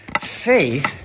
Faith